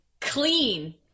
clean